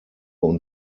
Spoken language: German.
und